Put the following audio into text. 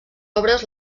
obres